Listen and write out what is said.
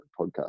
podcast